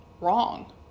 wrong